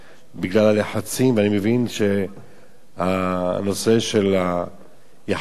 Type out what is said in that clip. ואני מבין שהנושא של יחסי החוץ שלנו חשוב,